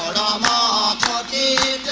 da da da